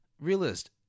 Realist